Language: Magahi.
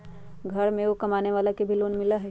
घर में एगो कमानेवाला के भी लोन मिलहई?